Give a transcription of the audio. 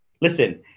listen